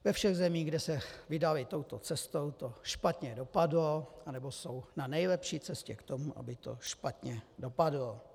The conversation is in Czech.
Ve všech zemích, kde se vydali touto cestou, to špatně dopadlo nebo jsou na nejlepší cestě k tomu, aby to špatně dopadlo.